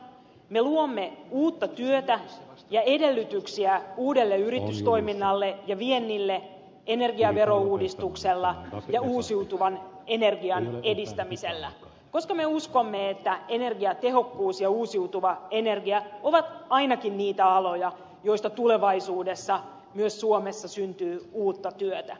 me luomme uutta työtä ja edellytyksiä uudelle yritystoiminnalle ja viennille energiaverouudistuksella ja uusiutuvan energian edistämisellä koska me uskomme että energiatehokkuus ja uusiutuva energia ainakin ovat niitä aloja joista tulevaisuudessa myös suomessa syntyy uutta työtä